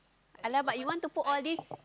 !alamak! you want to put all these